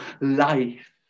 life